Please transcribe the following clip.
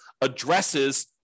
addresses